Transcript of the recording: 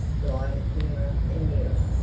glided nearer and nearer,